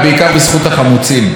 בעיקר בזכות החמוצים.